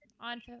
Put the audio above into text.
on